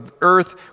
earth